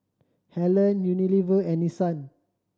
Helen Unilever and Nissan